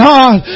God